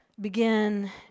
Begin